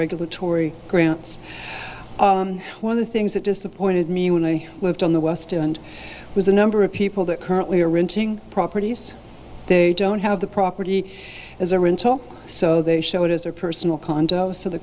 regulatory grants one of the things that disappointed me when i lived on the west end was the number of people that currently are entering properties they don't have the property as a rental so they show it as a personal condo so the